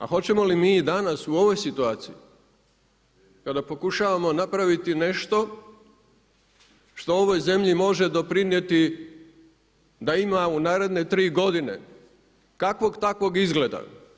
A hoćemo li mi i danas u ovoj situaciji, kada pokušavamo napraviti nešto što ovoj zemlji može doprinijeti da ima u naredne 3 godine kakvog takvog izgleda.